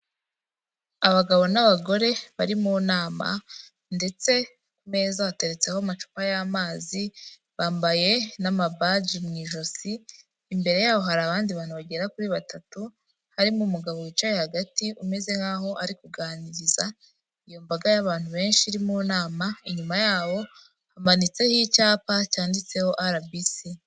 Abagabo n'abagore bari mu nama ndetse ku meza bateretseho amacupa y'amazi bambaye n'amabaji mu ijosi, imbere yaho hari abandi bantu bagera kuri batatu harimo umugabo wicaye hagati umeze nk'aho arikuganiriza iyo mbaga y'abantu benshi iri mu nama, inyuma yabo hamanitseho icyapa cyanditseho RBC.